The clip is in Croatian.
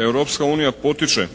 Europska unija potiče